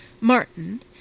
Martin